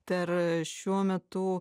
tai ar šiuo metu